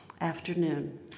Afternoon